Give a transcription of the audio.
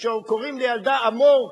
כשקוראים לילדה "אמור",